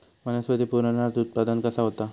वनस्पतीत पुनरुत्पादन कसा होता?